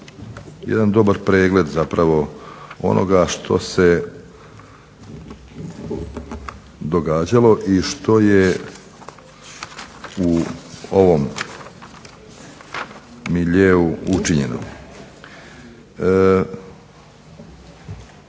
jedan dobar pregled zapravo onoga što se događalo i što je u ovom miljeu učinjeno.